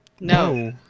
No